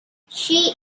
she